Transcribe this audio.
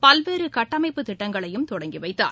பல்வேறுகட்டமைப்புத் திட்டங்களையும் அவர் தொடங்கிவைத்தார்